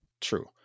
true